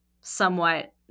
somewhat